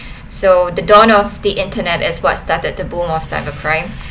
so the dawn of the internet as what started the boom of cybercrime